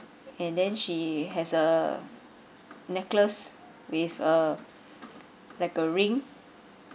and then she has a necklace with a like a ring